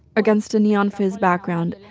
against a neon fizz background,